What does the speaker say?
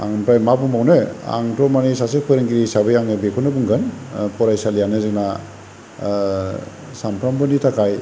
आं ओमफ्राय मा बुंबावनो आंथ' माने सासे फोरोंगिरि हिसाबै आङो बेखौनो बुंगोन फरायसालियानो जोंना सानफ्रोमबोनि थाखाय